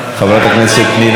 אינה נוכחת,